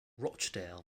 rochdale